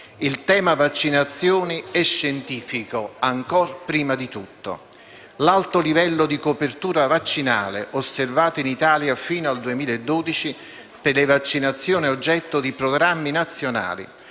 Il tema vaccinazioni è scientifico, ancor prima di tutto. L'alto livello di copertura vaccinale osservato in Italia fino al 2012 per le vaccinazioni oggetto di programmi nazionali